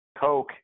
Coke